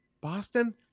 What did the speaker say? Boston